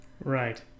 Right